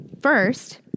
First